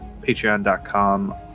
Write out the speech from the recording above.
patreon.com